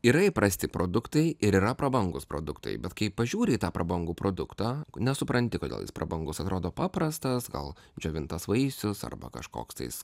yra įprasti produktai ir yra prabangūs produktai bet kai pažiūri į tą prabangų produktą nesupranti kodėl jis prabangus atrodo paprastas gal džiovintas vaisius arba kažkoks tais